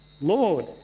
Lord